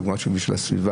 דוגמה אישית של הסביבה.